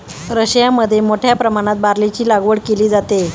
रशियामध्ये मोठ्या प्रमाणात बार्लीची लागवड केली जाते